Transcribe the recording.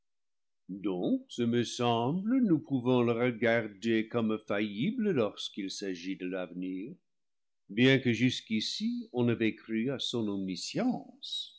donc ce me semble nous pouvons le regarder comme faillible lorsqu'il s'agit de l'avenir bien que jusqu'ici on avait cru à